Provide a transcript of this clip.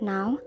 Now